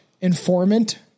informant